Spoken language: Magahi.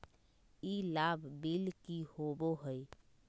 ई लाभ बिल की होबो हैं?